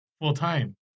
full-time